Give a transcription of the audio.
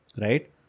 Right